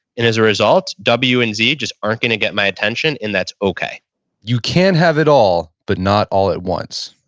and as a result, w and z just aren't going to get my attention, and that's okay you can have it all, but not all at once